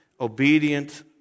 obedient